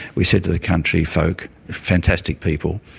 we said to the country folk, fantastic people,